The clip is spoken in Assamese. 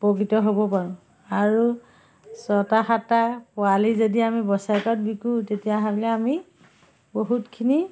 উপকৃত হ'ব পাৰোঁ আৰু ছটা সাতটা পোৱালি যদি আমি বছৰেকত বিকো তেতিয়াহ'লে আমি বহুতখিনি